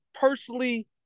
personally